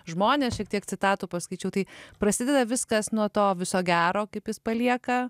žmonės šiek tiek citatų paskaičiau tai prasideda viskas nuo to viso gero kaip jis palieka